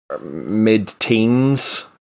mid-teens